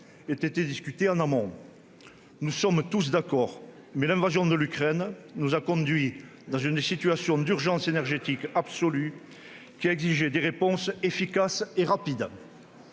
ait été discutée en amont. Nous sommes tous d'accord, mais l'invasion de l'Ukraine nous a conduits à une situation d'urgence énergétique absolue, qui a exigé des réponses efficaces et rapides.